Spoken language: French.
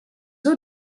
eaux